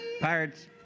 Pirates